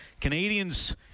Canadians